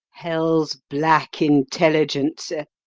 hell's black intelligencer